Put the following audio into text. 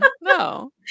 No